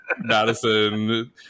Madison